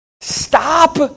Stop